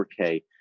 4K